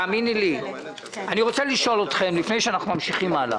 אני רוצה לשאול אתכם לפני שאנחנו ממשיכים הלאה.